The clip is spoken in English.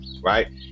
right